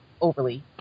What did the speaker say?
overly